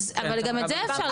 אבל גם את זה אפשר לסדר נכון?